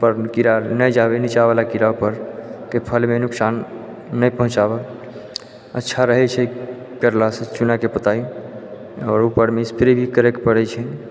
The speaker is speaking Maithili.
पर्ण कीड़ा नहि जाबै निचाँवला कीड़ा उपर कोइ फलमे नुकसान नहि पहुँचाबै अच्छा रहै छै करलासँ चूनाके पोताइ आओर उपर मिस्फ्री भी करै पड़ै छै